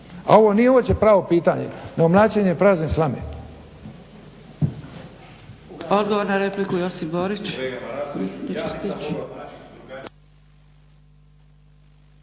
A ovo nije uopće pravo pitanje nego mlaćenje prazne slame.